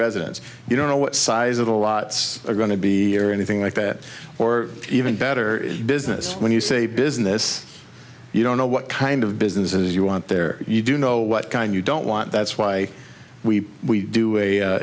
residence you don't know what size of the lots are going to be or anything like that or even better business when you say business you don't know what kind of businesses you want there you do know what kind you don't want that's why we we do